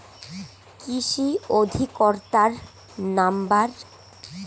কৃষি অধিকর্তার নাম্বার?